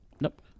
Nope